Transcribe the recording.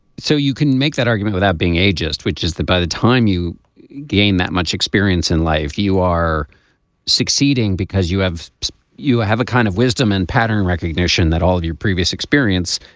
so you can make that argument without being a just which is that by the time you gain that much variance in life you are succeeding because you have you have a kind of wisdom and pattern recognition that all of your previous experience.